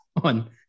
on